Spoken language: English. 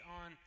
on